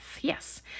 Yes